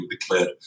declared